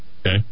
Okay